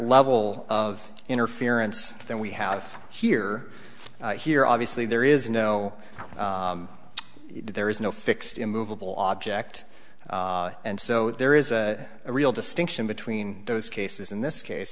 level of interference than we have here here obviously there is no there is no fixed immovable object and so there is a real distinction between those cases in this case